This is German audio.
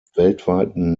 weltweiten